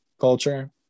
culture